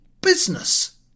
business